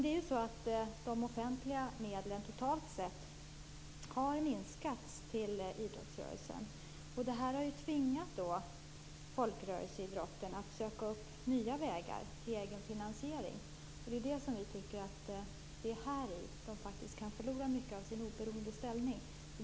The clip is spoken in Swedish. Det är ju så att de offentliga medlen till idrotten totalt sett har minskat. Det har tvingat folkrörelseidrotten att söka nya vägar till egen finansiering. Det är här vi tycker att de faktiskt kan förlora mycket av sin oberoende ställning.